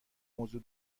موضوع